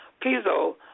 Piso